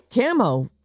camo